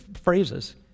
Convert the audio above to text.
phrases